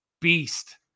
beast